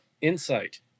insight